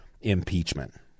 impeachment